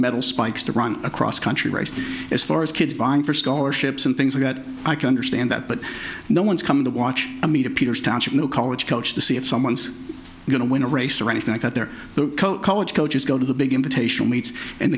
metal spikes to run across country right as far as kids buying for scholarships and things like that i can understand that but no one's come to watch me to peter's township new college coach to see if someone's going to win a race or anything like that they're the college coaches go to the big